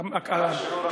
בגלל שיעור הקומה.